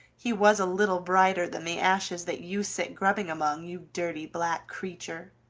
he was a little brighter than the ashes that you sit grubbing among, you dirty black creature!